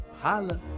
holla